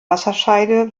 wasserscheide